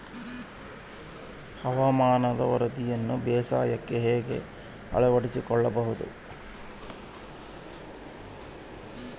ಹವಾಮಾನದ ವರದಿಯನ್ನು ಬೇಸಾಯಕ್ಕೆ ಹೇಗೆ ಅಳವಡಿಸಿಕೊಳ್ಳಬಹುದು?